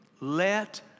let